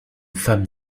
femme